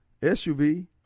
SUV